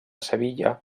sevilla